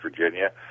Virginia